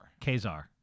kazar